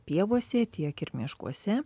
pievose tiek ir miškuose